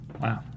Wow